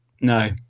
no